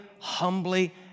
humbly